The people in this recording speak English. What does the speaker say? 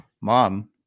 mom